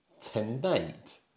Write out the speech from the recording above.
tonight